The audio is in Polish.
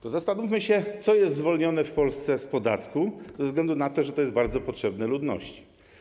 To zastanówmy się, co jest zwolnione w Polsce z podatku ze względu na to, że jest bardzo potrzebne ludności.